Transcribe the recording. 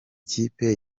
kipe